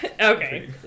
okay